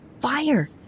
fire